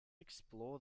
explore